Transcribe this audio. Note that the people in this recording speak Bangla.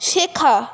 শেখা